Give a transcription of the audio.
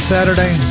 Saturday